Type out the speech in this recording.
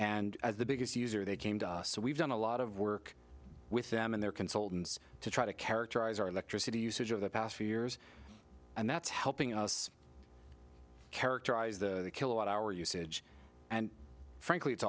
and as the biggest user they came to so we've done a lot of work with them and their consultants to try to characterize our electricity usage of the past few years and that's helping us characterize the kilowatt hour usage and frankly it's